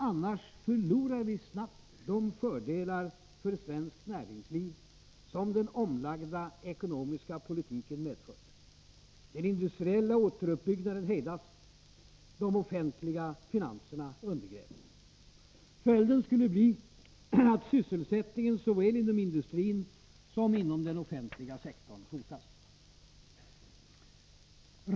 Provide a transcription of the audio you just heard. Annars förlorar vi snabbt de fördelar för svenskt näringsliv som den omlagda ekonomiska politiken medfört, den industriella återuppbyggnaden hejdas, de offentliga finanserna undergrävs. Följden skulle bli att sysselsättningen såväl inom industrin som inom den offentliga sektorn hotas.